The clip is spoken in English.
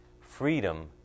Freedom